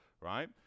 right